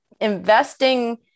investing